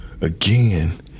again